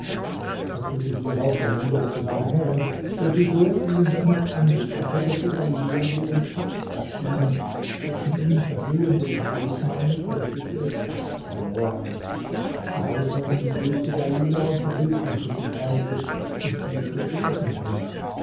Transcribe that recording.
er führte hierauf dalilah zu seiner herrin welche so vielen schmuck an sich hatte daß sie dalilah wie ein schatz erschien dessen ihn verhüllende talismane plötzlich ihre kraft verloren die hausherrin begrüßte dalilah und bewillkommte sie freundlich und ließ ihr zu essen bringen